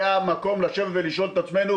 היה מקום לשאול את עצמנו,